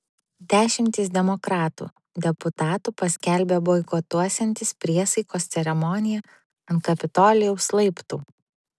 dešimtys demokratų deputatų paskelbė boikotuosiantys priesaikos ceremoniją ant kapitolijaus laiptų